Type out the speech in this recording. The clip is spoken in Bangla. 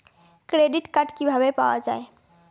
ক্রেডিট কার্ড কিভাবে পাওয়া য়ায়?